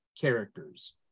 characters